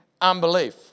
unbelief